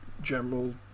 general